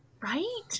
Right